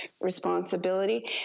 responsibility